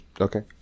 okay